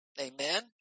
Amen